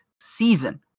season